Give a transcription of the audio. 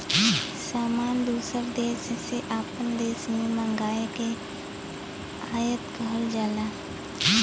सामान दूसर देस से आपन देश मे मंगाए के आयात कहल जाला